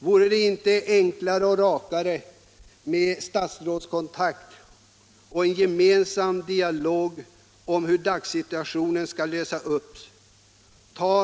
Vore det inte enklare och rakare med statsrådskontakt och en dialog om hur man i dagssituationen skall lösa frågorna?